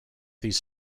these